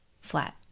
flat